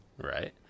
Right